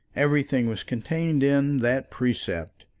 everything was contained in that precept.